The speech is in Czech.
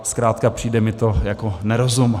Zkrátka přijde mi to jako nerozum.